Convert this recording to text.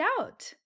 out